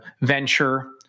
venture